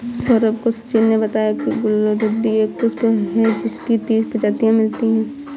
सौरभ को सचिन ने बताया की गुलदाउदी एक पुष्प है जिसकी तीस प्रजातियां मिलती है